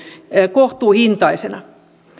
kohtuuhintaisina